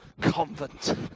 Convent